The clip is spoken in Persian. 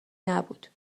نبود